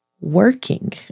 working